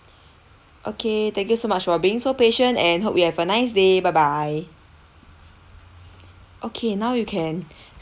okay thank you so much for being so patient and hope you have a nice day bye bye okay now you can